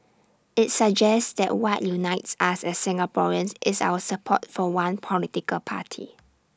IT suggests that what unites us as Singaporeans is our support for one political party